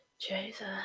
Jesus